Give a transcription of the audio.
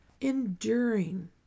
Enduring